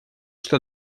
что